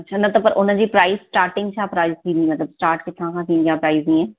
अच्छा न त प उनजी प्राइस स्टार्टिंग खां प्राइस थींदी मतिलब स्टार्ट किथां खां थींदी आहे प्राइस ईअं